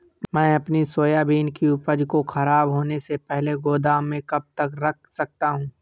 मैं अपनी सोयाबीन की उपज को ख़राब होने से पहले गोदाम में कब तक रख सकता हूँ?